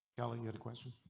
telling your question.